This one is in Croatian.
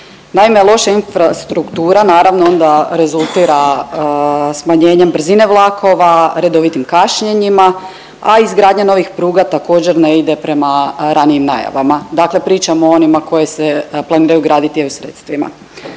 Naime, loša infrastruktura naravno onda rezultira smanjenjem brzine vlakova, redovitim kašnjenjima, a izgradnja novih pruga također ne ide prema ranijim najavama, dakle pričam o onima koje se planiraju graditi EU sredstvima.